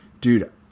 dude